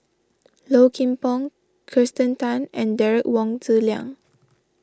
Low Kim Pong Kirsten Tan and Derek Wong Zi Liang